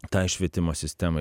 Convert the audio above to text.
tai švietimo sistemai